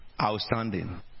outstanding